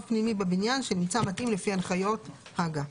פנימי בבניין שנמצא מתאים לפי הנחיות הג"א.